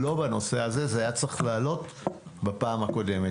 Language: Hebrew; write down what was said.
זה היה צריך לעלות בפעם הקודמת.